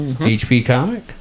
H-P-Comic